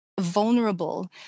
vulnerable